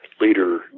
leader